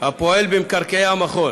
הפועל במקרקעי המכון.